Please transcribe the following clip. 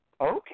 okay